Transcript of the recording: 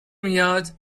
میاد